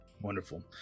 wonderful